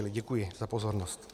Děkuji za pozornost.